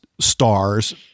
stars